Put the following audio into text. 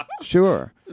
Sure